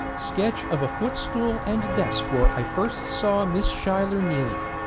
sketch of a footstool and desk where i first saw miss schuyler kneeling.